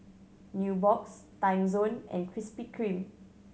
Nubox Timezone and Krispy Kreme